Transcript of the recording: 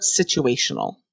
situational